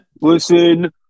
Listen